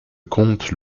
compte